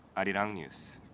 arirang news